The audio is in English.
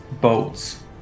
Boats